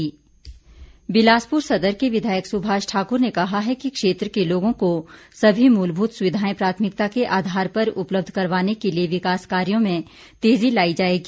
सुभाष ठाकर बिलासपुर सदर के विधायक सुभाष ठाकुर ने कहा है कि क्षेत्र के लोगों को सभी मूलभूत सुविधाएं प्राथमिकता के आधार पर उपलब्ध करवाने के लिए विकास कार्यों में तेजी लाई जाएगी